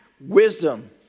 wisdom